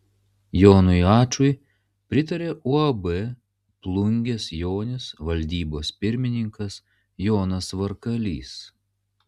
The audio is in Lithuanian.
jonui ačui pritarė uab plungės jonis valdybos pirmininkas jonas varkalys